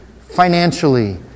financially